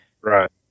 Right